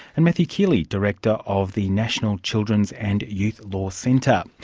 and matthew keeley, director of the national children's and youth law centre.